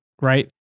right